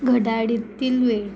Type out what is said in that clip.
घड्याळातील वेळ